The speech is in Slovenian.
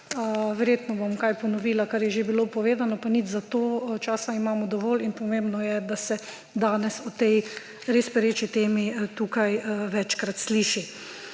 Verjetno bom kaj ponovila, kar je že bilo povedano, pa nič zato. Časa imamo dovolj in pomembno je, da se danes o tej res pereči temi tukaj večkrat sliši.